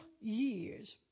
years